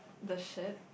the shirt